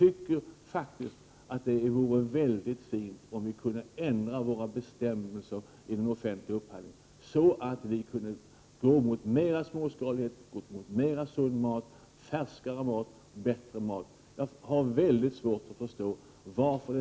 Det skulle vara väldigt bra om vi kunde ändra våra bestämmelser när det gäller offentlig upphandling så att vi skulle kunna få en utveckling mot mera småskalighet och sundare, färskare och bättre mat. Varför